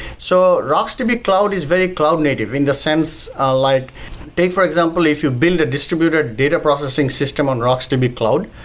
so rocksdb yeah cloud is very cloud native in the sense ah like take for example if you build a distributed data processing system on rocksdb cloud,